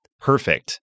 perfect